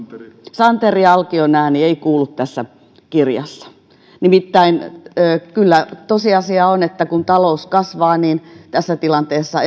santeri alkion ääni ei kuulu tässä kirjassa nimittäin kyllä tosiasia on että kun talous kasvaa niin tässä tilanteessa